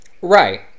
Right